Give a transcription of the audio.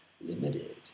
limited